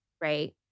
Right